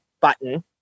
button